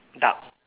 duck